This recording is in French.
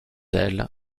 elle